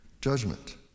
judgment